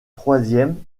troisième